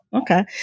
Okay